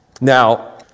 now